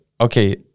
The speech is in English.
Okay